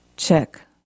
Check